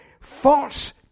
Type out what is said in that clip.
false